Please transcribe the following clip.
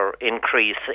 increase